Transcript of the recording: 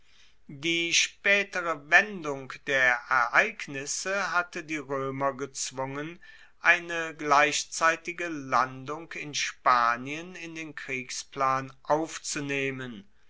die spaetere wendung der ereignisse hatte die roemer gezwungen eine gleichzeitige landung in spanien in den kriegsplan aufzunehmen